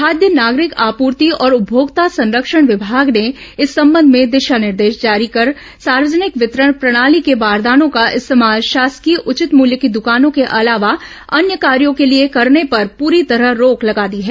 खाद्य नागरिक आपूर्ति और उपमोक्ता संरक्षण विभाग ने इस संबंध में दिशा निर्देश जारी कर सार्वजनिक वितरण प्रणाली के बारदानों का इस्तेमाल शासकीय उचित मूल्य की दुकानों के अलावा अन्य कार्यों के लिए करने पर पूरी तरह रोक लगा दी है